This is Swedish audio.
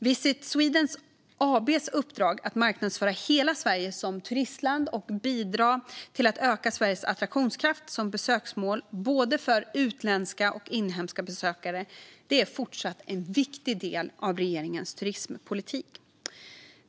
Visit Sweden AB:s uppdrag, att marknadsföra hela Sverige som turistland och bidra till att öka Sveriges attraktionskraft som besöksmål för både utländska och inhemska besökare, är fortsatt en viktig del av regeringens turismpolitik.